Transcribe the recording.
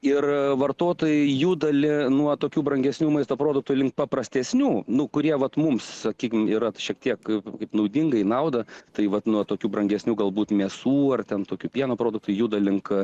ir vartotojai jų dalį nuo tokių brangesnių maisto produktų link paprastesnių nu kurie vat mums sakykime yra šiek tiek kaip naudingai nauda tai vat nuo tokių brangesnių galbūt mėsų ar ten tokių pieno produktų juda link